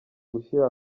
gushyira